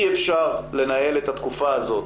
אי אפשר לנהל את התקופה הזאת,